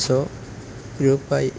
so ഗ്രൂപ്പായി